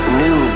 new